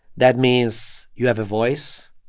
that means you have a voice.